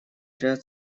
ряд